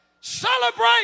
Celebrate